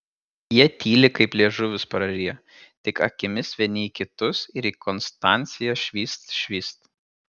jie tyli kaip liežuvius prariję tik akimis vieni į kitus ir į konstanciją švyst švyst